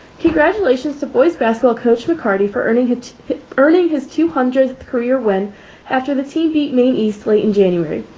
congratulations to boys basketball coach mccarty for earning his earning his two hundredth career win after the team beat maine east like in january.